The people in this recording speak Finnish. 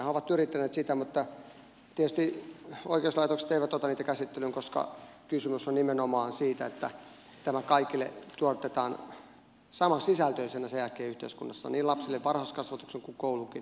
he ovat yrittäneet sitä mutta tietysti oikeuslaitokset eivät ota niitä käsittelyyn koska kysymys on nimenomaan siitä että tämä kaikille tuotetaan samansisältöisenä sen jälkeen yhteiskunnassa lapsille niin varhaiskasvatuksen kuin koulunkin kautta